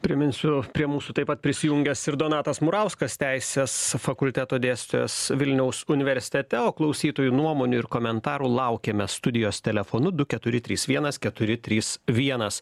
priminsiu prie mūsų taip pat prisijungęs ir donatas murauskas teisės fakulteto dėstytojas vilniaus universitete o klausytojų nuomonių ir komentarų laukiame studijos telefonu du keturi trys vienas keturi trys vienas